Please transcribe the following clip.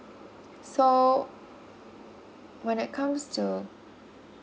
so when it comes to